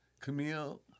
Camille